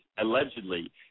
allegedly